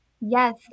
Yes